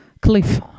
cliff